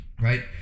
right